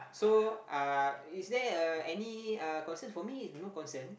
so uh is there uh any uh concerns for me no concern